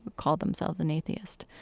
called themselves an atheist.